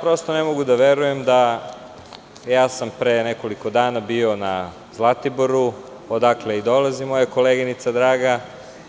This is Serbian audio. Prosto ne mogu da verujem, ja sam pre nekoliko dana bio na Zlatiboru, odakle i dolazi moja koleginica draga,